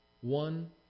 one